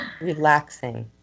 Relaxing